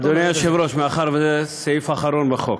אדוני היושב-ראש, מאחר שזה סעיף אחרון, בחוק